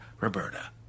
Roberta